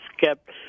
kept